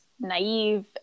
naive